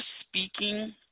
speaking